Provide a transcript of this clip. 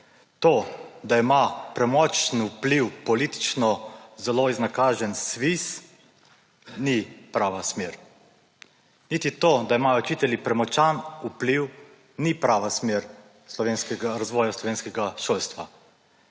To, da ima premočen vpliv politično zelo iznakaženi SVIZ, ni prava smer. Niti to, da imajo učitelji premočan vpliv, ni prava smer razvoja slovenskega šolstva.